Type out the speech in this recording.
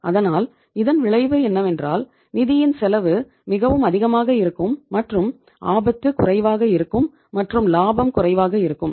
அதனால் இதன் விளைவு என்னவென்றால் நிதியின் செலவு மிகவும் அதிகமாக இருக்கும் மற்றும் ஆபத்து குறைவாக இருக்கும் மற்றும் லாபம் குறைவாக இருக்கும்